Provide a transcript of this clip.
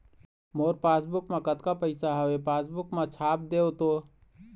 मोर passbook मा कतका पैसा हवे पासबुक मा छाप देव तो?